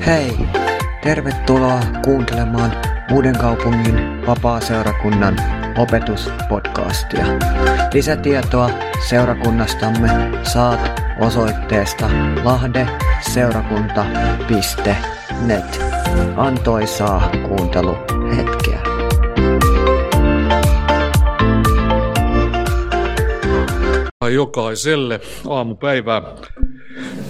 Hei! Tervetuloa kuuntelemaan Uudenkaupungin vapaaseurakunnan opetuspodcastia. Lisätietoa seurakunnastamme saat osoitteesta lahdeseurakunta.net. Antoisaa kuunteluhetkeä. Ai jokaiselle aamupäivää.